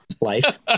life